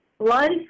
blood